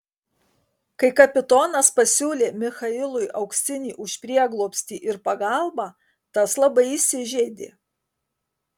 kai kapitonas pasiūlė michailui auksinį už prieglobstį ir pagalbą tas labai įsižeidė